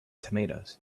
tomatoes